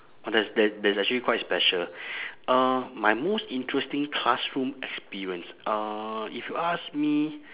that's that that's actually quite special uh my most interesting classroom experience uh if you ask me